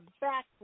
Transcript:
back